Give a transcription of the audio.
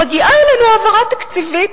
מגיעה אלינו העברה תקציבית.